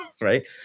right